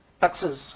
taxes